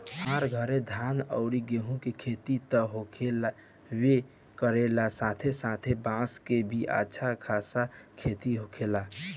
हमरा घरे धान अउरी गेंहू के खेती त होखबे करेला साथे साथे बांस के भी अच्छा खासा खेती होखेला